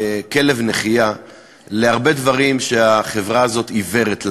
כלב נחייה להרבה דברים שהחברה הזאת עיוורת להם: